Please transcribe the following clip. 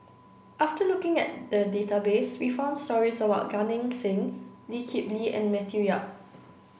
after looking at the database we found stories about Gan Eng Seng Lee Kip Lee and Matthew Yap